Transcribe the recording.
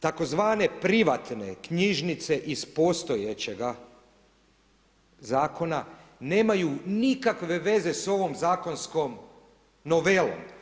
Tzv. privatne knjižnice iz postojećega Zakona nemaju nikakve veze s ovom zakonskom novelom.